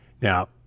Now